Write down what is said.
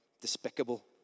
despicable